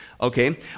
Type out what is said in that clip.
okay